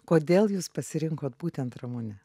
kodėl jūs pasirinkot būtent ramunę